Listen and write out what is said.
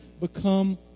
become